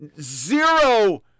zero